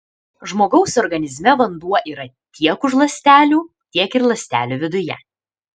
žmogaus organizme vanduo yra tiek už ląstelių tiek ir ląstelių viduje